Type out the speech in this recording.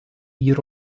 year